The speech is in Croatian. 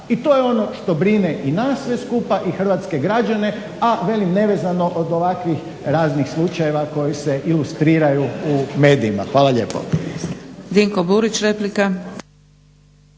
i to je ono što brine i nas sve skupa i hrvatske građane, a velim nevezano od ovakvih raznih slučajeva koji se ilustriraju u medijima. Hvala lijepo.